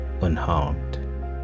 unharmed